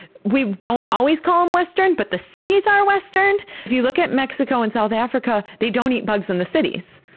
we don't always call them western, but the cities are western. if you look at mexico and south africa, they don't eat bugs in the cities.